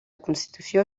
constitució